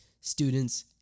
students